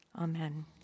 Amen